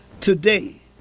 Today